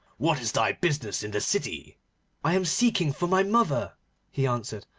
what is thy business in the city i am seeking for my mother he answered,